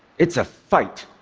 it's a fight,